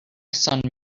son